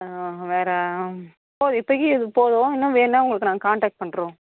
வேறே போதும் இப்போதிக்கி இது போதும் இன்னும் வேணுன்னா உங்களுக்கு நாங்கள் காண்டாக்ட் பண்ணுறோம்